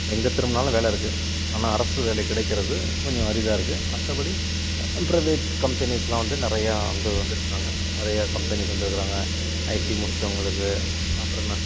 எங்கே திரும்பினாலும் வேலை இருக்குது ஆனால் அரசு வேலை கிடைக்கிறது கொஞ்சம் அரிதாக இருக்குது மற்றபடி பிரைவேட் கம்பனிஸ்லாம் வந்து நிறையா வந்து வந்து இருக்காங்க நிறையா கம்பெனிஸ் வந்து இருக்காங்க ஐடி முடித்தவங்களுக்கு அப்பறம் என்ன